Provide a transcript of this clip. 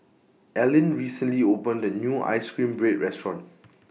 Alline recently opened A New Ice Cream Bread Restaurant